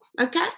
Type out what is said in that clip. Okay